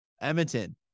Edmonton